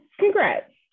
congrats